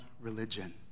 religion